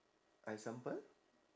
example